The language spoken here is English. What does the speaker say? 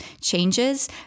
changes